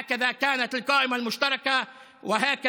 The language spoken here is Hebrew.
כך נהגה הרשימה המשותפת וכך תנהג.)